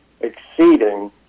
exceeding